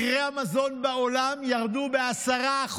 מחירי המזון בעולם ירדו ב-10%,